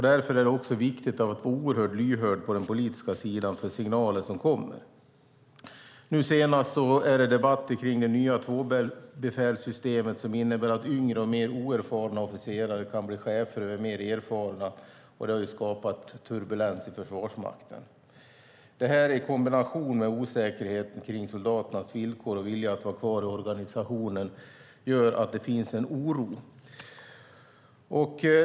Därför är det viktigt att på den politiska sidan vara oerhört lyhörd för signaler som kommer. Senast gällde det debatten om det nya tvåbefälssystemet, som innebär att yngre och mer oerfarna officerare kan bli chefer över mer erfarna. Detta har skapat turbulens inom Försvarsmakten. Det i kombination med osäkerheten om soldaternas villkor och vilja att vara kvar i organisationen gör att det finns en oro.